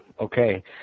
Okay